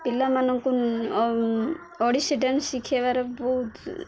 ପିଲାମାନଙ୍କୁ ଓଡ଼ିଶୀ ଡ୍ୟାନ୍ସ ଶିଖେଇବାର ବହୁତ